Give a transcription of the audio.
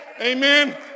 Amen